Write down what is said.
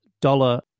dollar